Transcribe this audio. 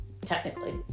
technically